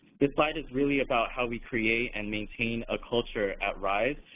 this slide is really about how we create and maintain a culture at ryse,